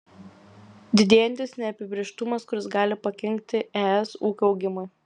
didėjantis neapibrėžtumas kuris gali pakenkti es ūkio augimui